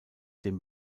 dem